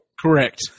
Correct